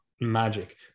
magic